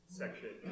section